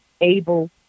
able